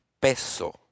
Peso